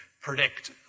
predict